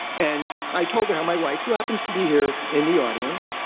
and i told her how my wife, who happens to be here in the audience,